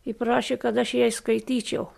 ir prašė kad aš jai skaityčiau